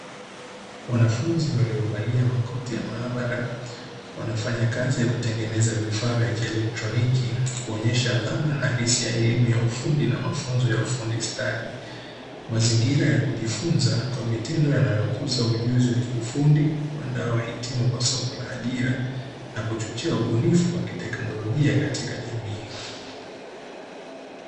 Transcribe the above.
Wanafunzi waliovalia makoti ya maabara wanafanya kazi ya kutengeneza vifaa vya kielektroni kuonyesha dhana halisi ya udundi na mafunzo ya ufundi stadi, mazingira ya kivitendo yanayokuza ujuzi wa kiufundi, kuandaa wahitimu kwa soko la ajira na kuchochea ubunifu wa kiteknolojia katika jamii.